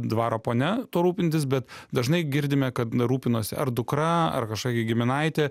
dvaro ponia tuo rūpintis bet dažnai girdime kad na rūpinosi ar dukra ar kažkokia giminaitė